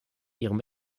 ihrem